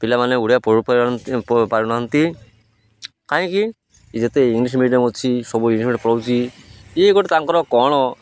ପିଲାମାନେ ଓଡ଼ିଆ ପଢ଼ିପାରୁନାହାନ୍ତି କାହିଁକି ଯେତେ ଇଂଲିଶ ମିଡ଼ିୟମ୍ ଅଛି ସବୁ ଇଂଲିଶ ମିଡ଼ିୟମ୍ ପଳଉଛି ଇଏ ଗୋଟେ ତାଙ୍କର କ'ଣ